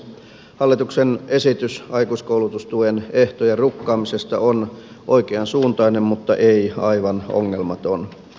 hallituksen esitys aikuiskoulutustuen ehtojen rukkaamisesta on oikeansuuntainen mutta ei aivan ongelmaton